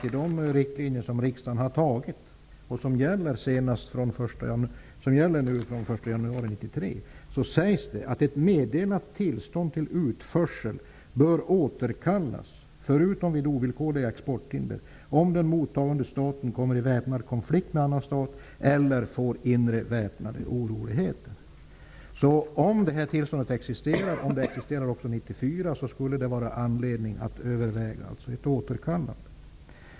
I de riktlinjer som riksdagen har antagit och som gäller från den 1 januari 1993 sägs det att ett meddelat tillstånd till utförsel bör återkallas, förutom vid ovillkorliga exporthinder, om den mottagande staten kommer i väpnad konflikt med annan stat eller får inre väpnade oroligheter. Om tillståndet existerar och gäller också 1994 skulle det alltså finnas anledning att överväga ett återkallande.